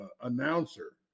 announcer